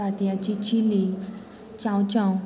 तात्याची chilli चावचाव